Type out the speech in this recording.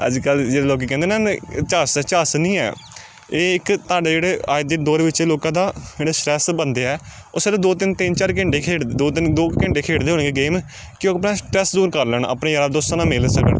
ਅੱਜ ਕੱਲ੍ਹ ਜਿੱਦਾਂ ਲੋਕ ਕਹਿੰਦੇ ਨਾ ਝੱਸ ਝੱਸ ਨਹੀਂ ਹੈ ਇਹ ਇੱਕ ਤੁਹਾਡੇ ਜਿਹੜੇ ਅੱਜ ਦੇ ਦੌਰ ਵਿੱਚ ਲੋਕਾਂ ਦਾ ਜਿਹੜੇ ਸਟ੍ਰੈੱਸ ਬੰਦੇ ਆ ਉਹ ਸਿਰਫ ਦੋ ਤਿੰਨ ਤਿੰਨ ਚਾਰ ਘੰਟੇ ਖੇਡ ਦੋ ਤਿੰਨ ਦੋ ਕੁ ਘੰਟੇ ਖੇਡਦੇ ਹੋਣਗੇ ਗੇਮ ਕਿ ਉਹ ਆਪਣਾ ਸਟ੍ਰੈੱਸ ਦੂਰ ਕਰ ਲੈਣ ਆਪਣੇ ਯਾਰਾ ਦੋਸਤਾਂ ਨਾਲ ਮਿਲ ਸਕਣ